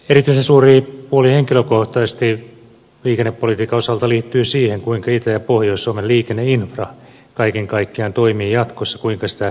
erityisen suuri huoli henkilökohtaisesti liikennepolitiikan osalta liittyy siihen kuinka itä ja pohjois suomen liikenneinfra kaiken kaikkiaan toimii jatkossa kuinka sitä kehitetään